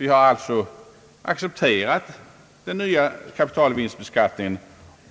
Vi har därför accepterat den nya kapitalvinstbeskattning